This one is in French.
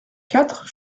quatre